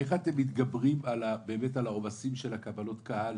איך אתם מתגברים על העומסים של קבלות הקהל,